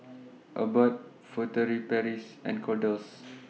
Abbott Furtere Paris and Kordel's